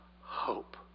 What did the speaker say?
hope